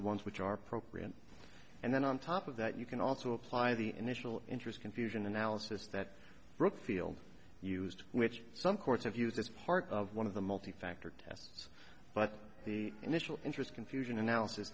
the ones which are appropriate and then on top of that you can also apply the initial interest confusion analysis that brookfield used which some courts have used as part of one of the multi factor test but the initial interest confusion an